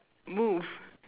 move